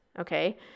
okay